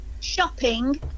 shopping